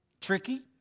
tricky